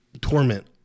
torment